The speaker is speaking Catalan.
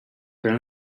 pren